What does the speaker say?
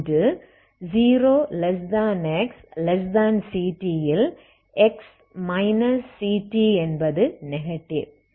ஒன்று 0xct ல் x ct என்பது நெகடிவ்